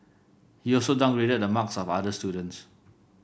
he also downgraded the marks of other students